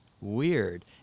weird